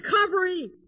recovery